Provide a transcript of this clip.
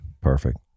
perfect